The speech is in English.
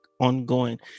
ongoing